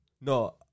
No